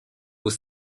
aux